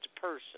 person